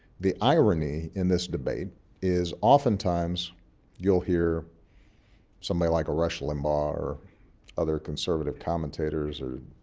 the irony in this debate is often-times you'll hear somebody like a rush limbaugh, or other conservative commentators, or